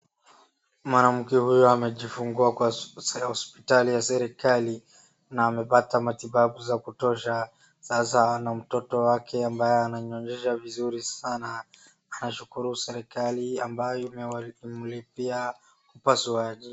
Mwanamke huyu amejifungua kwa hospitali ya serikali na amepata matibabu za kutosha. Sasa ana mtoto wake ana ambayo ananyonyesha vizuri sana anashukuru serikali ambayo imemlipia upasuaji.